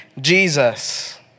Jesus